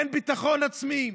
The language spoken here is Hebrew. אין ביטחון עצמי,